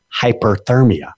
hyperthermia